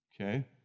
okay